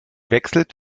wechselt